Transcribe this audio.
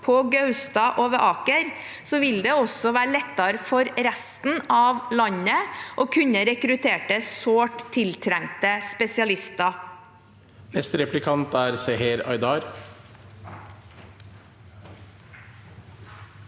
på Gaustad og ved Aker, vil det også være lettere for resten av landet å kunne rekruttere sårt tiltrengte spesialister.